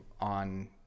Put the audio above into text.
on